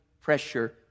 pressure